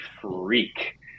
freak